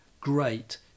Great